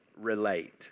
relate